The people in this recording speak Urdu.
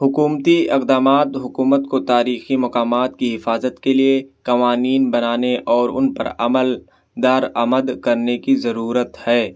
حکومتی اقدامات حکومت کو تاریخی مقامات کی حفاظت کے لیے قوانین بنانے اور ان پر عمل درآمد کرنے کی ضرورت ہے